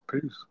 Peace